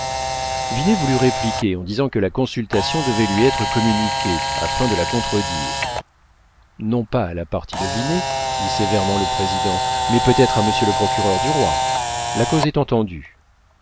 voulut répliquer en disant que la consultation devait lui être communiquée afin de la contredire non pas à la partie de vinet dit sévèrement le président mais peut-être à monsieur le procureur du roi la cause est entendue